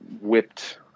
whipped